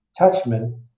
Touchman